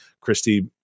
Christy